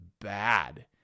bad